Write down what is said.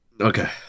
Okay